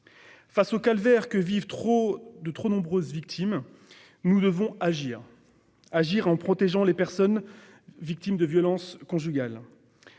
Face au calvaire que vivent de trop nombreuses victimes, nous devons agir. Agir, en protégeant les personnes victimes de violences conjugales.